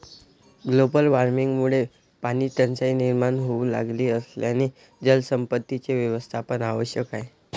global वॉर्मिंगमुळे पाणीटंचाई निर्माण होऊ लागली असल्याने जलसंपत्तीचे व्यवस्थापन आवश्यक आहे